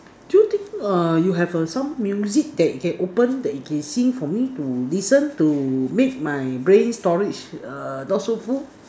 do you think err you have a some music that you can open that you can sing for me to listen to make my brain storage err not so full